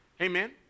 Amen